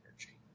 energy